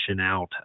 out